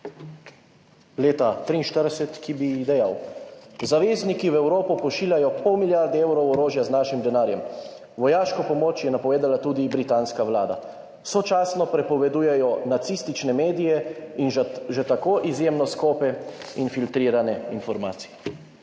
leta 1943, ki bi ji dejal, zavezniki v Evropo pošiljajo pol milijarde evrov orožja z našim denarjem. Vojaško pomoč je napovedala tudi britanska vlada. Sočasno prepovedujejo nacistične medije in že tako izjemno skope in filtrirane informacije.